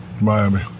Miami